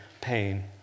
pain